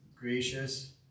Gracious